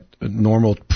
normal